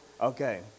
Okay